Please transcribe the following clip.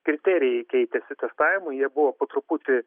kriterijai keitėsi testavimo buvo po truputį